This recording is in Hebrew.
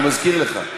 אני מזכיר לך.